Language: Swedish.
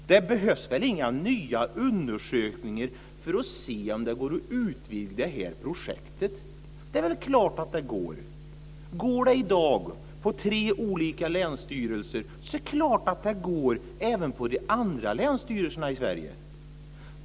Det behövs väl inga nya undersökningar för att se om det går att utvidga detta projekt? Det är väl klart att det går! Går det i dag på tre olika länsstyrelser går det så klart även på de andra länsstyrelserna i Sverige.